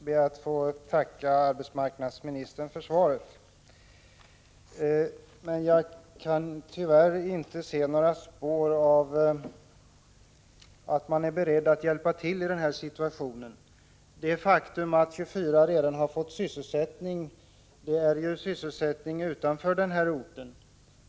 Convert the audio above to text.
Herr talman! Jag ber att få tacka arbetsmarknadsministern för svaret. Tyvärr kan jag inte se några spår av att man är beredd att hjälpa till i den här situationen. De 24 som redan fått sysselsättning har fått det utanför orten.